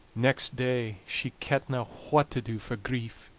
next day she kentna what to do for grief.